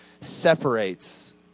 separates